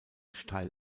steil